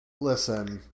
listen